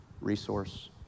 resource